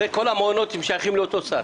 הרי כל המעונות שייכים לאותו השר,